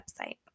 website